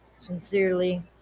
Sincerely